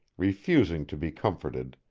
refusing to be comforted,